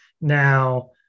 now